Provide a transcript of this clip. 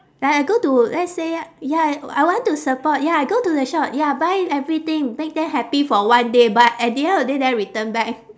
like I go to let's say ya I want to support ya I go to the shop ya buy everything make them happy for one day but at the end of the day then return back